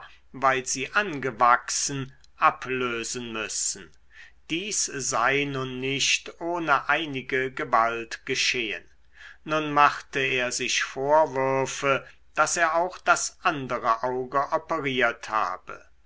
weil sie angewachsen ablösen müssen dies sei nun nicht ohne einige gewalt geschehen nun machte er sich vorwürfe daß er auch das andere auge operiert habe